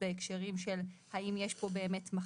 בהקשרים של האם יש פה מחלה,